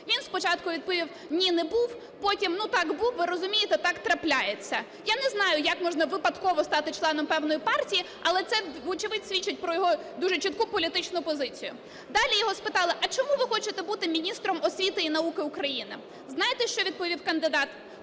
Він спочатку відповів: "Ні, не був". Потім: "Ну так, був. Ви розумієте, так трапляється". Я не знаю, як можна випадково стати членом певної партії, але це, вочевидь, свідчить про його дуже чітку політичну позицію. Далі його спитали: "А чому ви хочете бути міністром освіти і науки України?" Знаєте, що відповів кандидат?